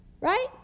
Right